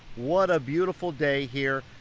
what a beautiful day here.